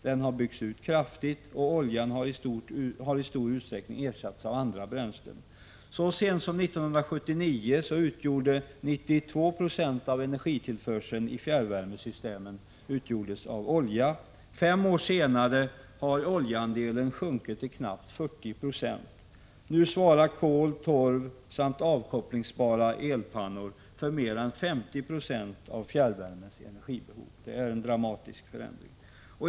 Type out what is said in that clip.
Den har byggts ut kraftigt, och oljan har i stor utsträckning ersatts av andra bränslen. Så sent som 1979 utgjordes 92 90 av energitillförseln i fjärrvärmesystemen av olja. Fem år senare har oljeandelen sjunkit till knappt 40 96. Nu svarar kol, torv samt avkopplingsbara elpannor för mer än 50 96 av fjärrvärmens energibehov. Det är en dramatisk förändring.